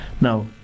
Now